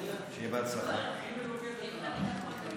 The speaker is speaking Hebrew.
שיהיה בהצלחה.